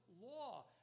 law